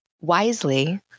wisely